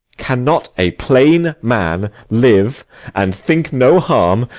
cannot a plain man live and think no harm,